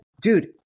Dude